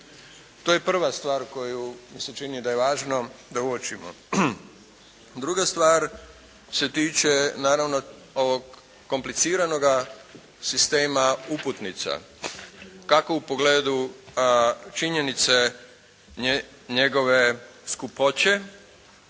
To je prva stvar koju mi se čini da je važno da uočimo. Druga stvar se tiče naravno ovog kompliciranoga sistema uputnica kako u pogledu činjenice njegove skupoće